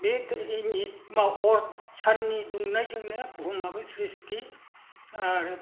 बे दैनि अर साननि दुंनायजोंनो बुहुमाबो स्रिस्ति आरो